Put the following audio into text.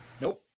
Nope